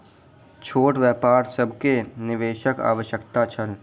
छोट व्यापार सभ के निवेशक आवश्यकता छल